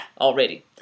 already